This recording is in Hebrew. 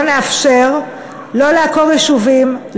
לא לעקור יישובים,